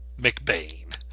McBain